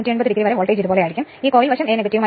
അതിനാൽ impedance Re1 2 Xe 1 2 ഇതിന്റെ വർഗ്ഗമൂലം ആണ്